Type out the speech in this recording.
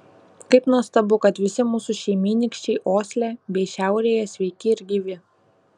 kaip nuostabu kad visi mūsų šeimynykščiai osle bei šiaurėje sveiki ir gyvi